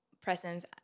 presence